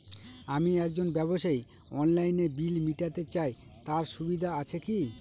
আমি একজন ব্যবসায়ী অনলাইনে বিল মিটাতে চাই তার সুবিধা আছে কি?